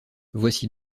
voici